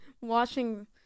watching